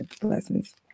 Blessings